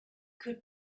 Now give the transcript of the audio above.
could